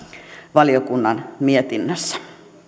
valiokunnan mietinnössä